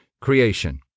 creation